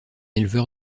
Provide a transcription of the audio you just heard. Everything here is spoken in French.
éleveur